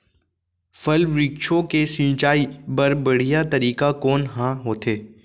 फल, वृक्षों के सिंचाई बर बढ़िया तरीका कोन ह होथे?